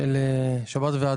היה ציון של שבת ״והדרת״,